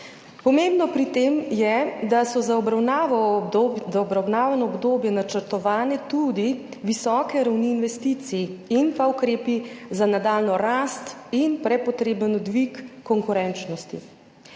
Pomembno pri tem je, da obravnavano obdobje načrtovane tudi visoke ravni investicij in pa ukrepi za nadaljnjo rast in prepotreben dvig konkurenčnosti.